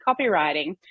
copywriting